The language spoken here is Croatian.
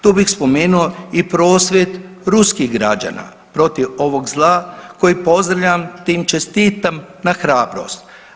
Tu bih spomenuo i prosvjed ruskih građana protiv ovog zla koji pozdravljam, te im čestitam na hrabrost.